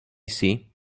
see